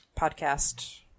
podcast